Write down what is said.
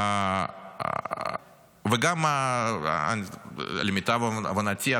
וגם למיטב הבנתי,